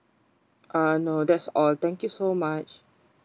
uh no that's all thank you so much